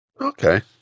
Okay